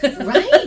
Right